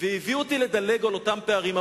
והביאו אותי לדלג על אותם פערים.